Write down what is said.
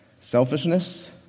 Selfishness